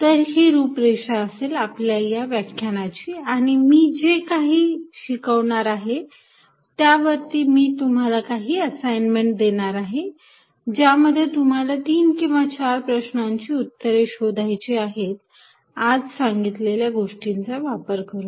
तर ही रूपरेषा असेल आपल्या या व्याख्यानाची आणि आज मी जे काही शिकवणार आहे त्यावरती मी तुम्हाला काही असाइन्मेंट देणार आहे ज्यामध्ये तुम्हाला तीन किंवा चार प्रश्नांची उत्तरे शोधायची आहेत आज सांगितलेल्या गोष्टींचा वापर करून